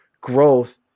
growth